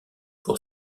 pour